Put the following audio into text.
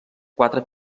quatre